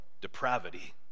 depravity